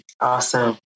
Awesome